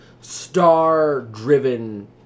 star-driven